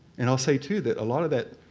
and i'll say too, that a lot of that.